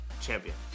champion